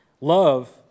Love